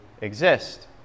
exist